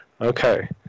Okay